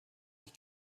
sich